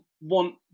want